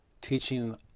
teaching